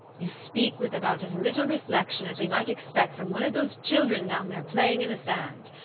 you speak with about as little reflection as we might expect from one of those children down there playing in the sand.